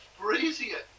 Brazier